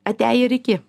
ate ir iki